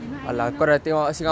you know I know you know